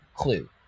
clue